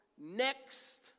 Next